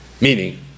Meaning